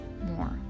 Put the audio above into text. more